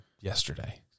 yesterday